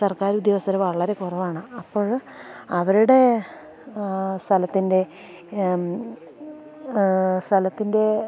സർക്കാരുദ്യോഗസ്ഥർ വളരെ കുറവാണ് അപ്പോൾ അവരുടെ സ്ഥലത്തിൻ്റെ എന്ന് സ്ഥലത്തിൻ്റെ